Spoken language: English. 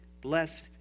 blessed